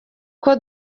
uko